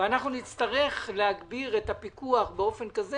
ואנחנו נצטרך להגביר את הפיקוח באופן כזה